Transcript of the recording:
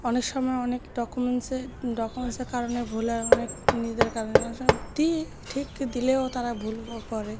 অনেক সময় অনেক ডকুমেন্টসে ডকুমেন্টসের কারণে ভুল হয় অনেক নিজেদের কারণে অনেক সময় দিই ঠিক দিলেও তারা ভুল করে